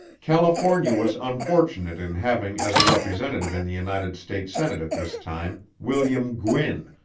california was unfortunate in having as a representative in the united states senate at this time, william gwin,